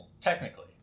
Technically